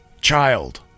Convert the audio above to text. child